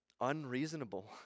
unreasonable